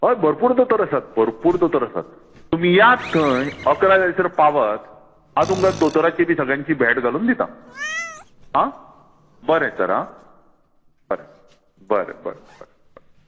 हय भरपूर दोतोर आसात भरपूर दोतोर आसात तुमी यात थंय अकरा जायसर पावात हांव तुमका दोतरांची बी सगळ्यांची भेट घालून दितां हां बरें तर हां बरें बरें बरें बरें बरें